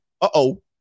Uh-oh